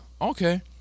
Okay